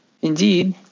Indeed